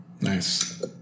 Nice